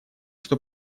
что